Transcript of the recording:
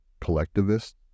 collectivists